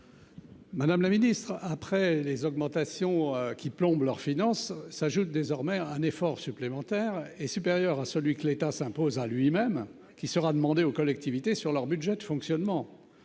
Madame la Ministre, après les augmentations qui plombe leurs finances s'ajoute désormais un effort supplémentaire est supérieur à celui que l'État s'impose à lui-même, qui sera demandé aux collectivités sur leur budget de fonctionnement,